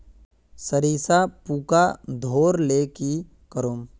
सरिसा पूका धोर ले की करूम?